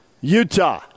Utah